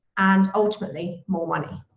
and ultimately more money.